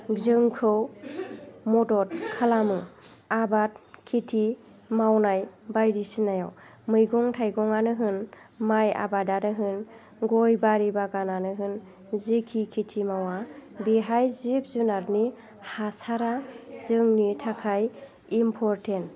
जोंखौ मदद खालामो आबाद खिथि मावनाय बायदिसिनायाव मैगं थाइगङानो होन माइ आबादानो होन गय बारि बागानानो होन जिखि खिथि मावा बेहाय जिब जुनारनि हासारा जोंनि थाखाय इम्परटेन्ट